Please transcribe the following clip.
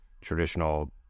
traditional